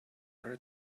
her